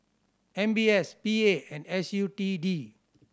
M B S P A and S U T D